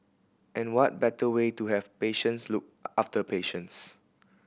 and what better way to have patients look after patients